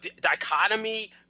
dichotomy